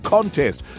Contest